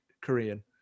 Korean